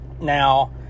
now